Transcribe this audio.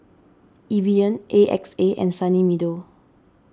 Evian A X A and Sunny Meadow